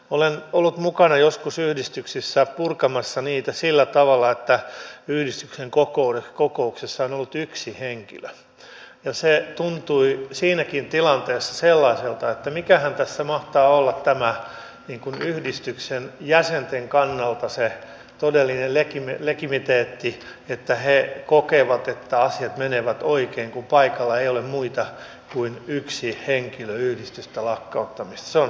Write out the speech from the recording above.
olen ollut mukana joskus yhdistyksissä purkamassa niitä sillä tavalla että yhdistyksen kokouksessa on ollut yksi henkilö ja se tuntui siinäkin tilanteessa sellaiselta että mikähän tässä mahtaa olla niin kuin yhdistyksen jäsenten kannalta se todellinen legitimiteetti että he kokevat että asiat menevät oikein kun paikalla ei ole muita kuin yksi henkilö yhdistystä lakkauttamassa